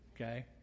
Okay